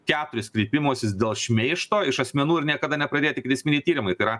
keturis kreipimusis dėl šmeižto iš asmenų ir niekada nepradėti ikiteisminiai tyrimai tai yra